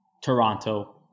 Toronto